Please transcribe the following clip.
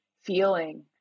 feeling